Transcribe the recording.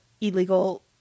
illegal